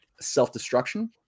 self-destruction